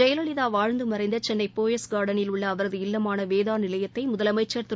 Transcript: ஜெயலலிதாவாழ்ந்துமறைந்தசென்னைபோயஸ் கார்டனில் உள்ள அவரது இல்லமானவேதாநிலையத்தைமுதலமைச்சர் திரு